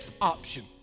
option